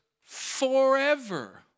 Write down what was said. forever